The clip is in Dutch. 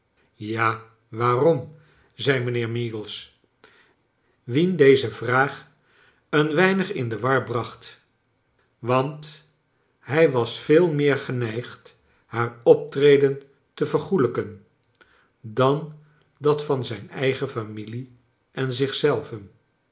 ja waarom zei mijnheer meagles wien deze vraag een weinig in de war br ac ht want hij was veel meer geneigd haar optreden te vergoelijken dan dat van zijn eigen fami lie en